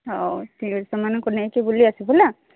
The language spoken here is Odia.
ହଉ ଠିକ୍ ଅଛି ସେମାନଙ୍କୁ ନେଇକି ବୁଲି ଆସିବୁ ହେଲା